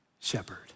shepherd